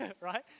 right